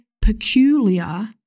peculiar